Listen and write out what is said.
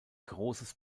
großes